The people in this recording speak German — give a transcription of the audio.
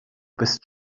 bist